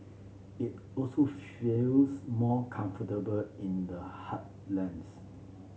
it also feels more comfortable in the heartlands